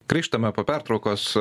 grįžtame po pertraukos